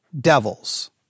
devils